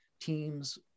Teams